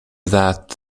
that